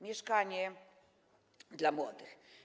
Mieszkanie dla młodych”